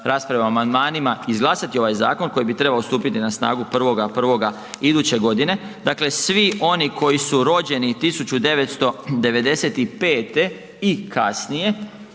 rasprave o amandmanima izglasati ovaj zakon koji bi trebao stupiti na snagu 1.1. iduće godine, dakle svi oni koji su rođeni 1995. i kasnije